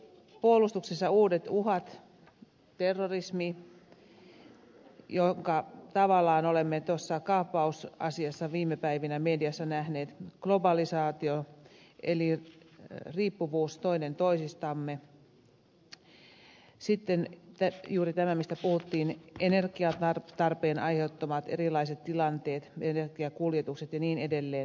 meillä on puolustuksessa uudet uhat terrorismi jonka tavallaan olemme tuossa kaappausasiassa viime päivinä mediassa nähneet globalisaatio eli riippuvuus toinen toisistamme sitten juuri tämä mistä puhuttiin energiatarpeen aiheuttamat erilaiset tilanteet energian kuljetukset ja niin edelleen